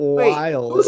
wild